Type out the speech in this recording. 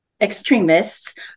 extremists